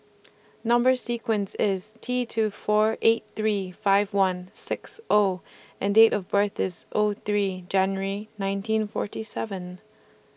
Number sequence IS T two four eight three five one six O and Date of birth IS O three January nineteen forty seven